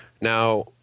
now